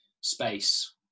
space